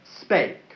spake